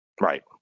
Right